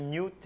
New